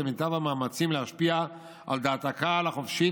את מיטב המאמצים להשפיע על דעת הקהל החופשית